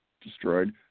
destroyed